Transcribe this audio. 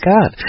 God